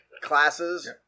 classes